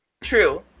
True